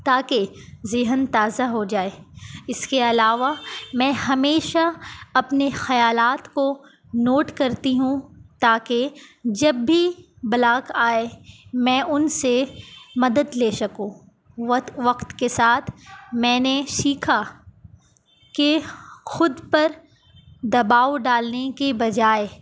تاکہ ذہن تازہ ہو جائے اس کے علاوہ میں ہمیشہ اپنے خیالات کو نوٹ کرتی ہوں تاکہ جب بھی بلاک آئے میں ان سے مدد لے سکوں وقت کے ساتھ میں نے سیکھا کہ خود پر دباؤ ڈالنے کی بجائے